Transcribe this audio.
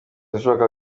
ibishoboka